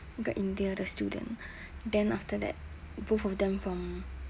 那个 india 的 student then after that both of them from